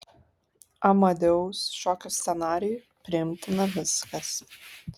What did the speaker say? amadeus šokio scenarijui priimtina viskas